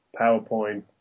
PowerPoint